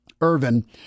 Irvin